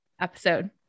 episode